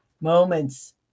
moments